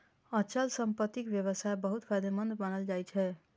अचल संपत्तिक व्यवसाय बहुत फायदेमंद मानल जाइ छै